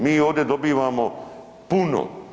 Mi ovdje dobivamo puno.